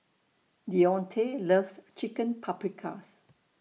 Deontae loves Chicken Paprikas